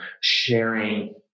sharing